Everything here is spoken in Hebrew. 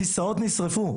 כסאות נשרפו.